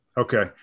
Okay